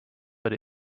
but